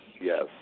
Yes